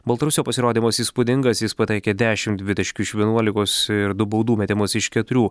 baltarusio pasirodymas įspūdingas jis pataikė dešimt dvitaškių iš vienuolikos ir du baudų metimus iš keturių